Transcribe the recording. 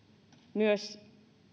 myös